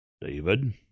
David